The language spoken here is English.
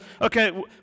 okay